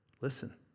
Listen